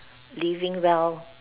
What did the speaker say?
living well